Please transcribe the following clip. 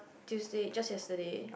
Tuesday just yesterday